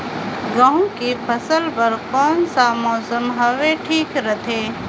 गहूं के फसल बर कौन सा मौसम हवे ठीक रथे?